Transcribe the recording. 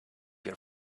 your